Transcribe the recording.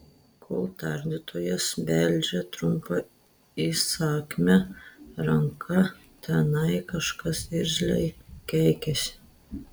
kol tardytojas beldžia trumpa įsakmia ranka tenai kažkas irzliai keikiasi